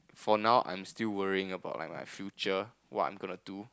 for now I'm still worrying about like my future what I'm gonna do